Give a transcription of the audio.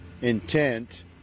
intent